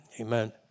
amen